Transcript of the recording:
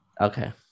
okay